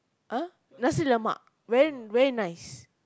ah nasi-lemak very very nice